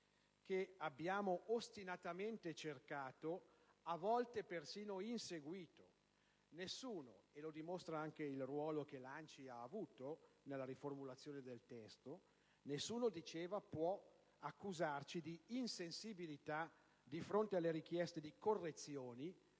che abbiamo ostinatamente cercato e, a volte, persino inseguito. Nessuno - e lo dimostra anche il ruolo che l'ANCI ha avuto nella riformulazione del testo - può accusarci di insensibilità di fronte alle richieste di correzioni,